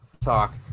talk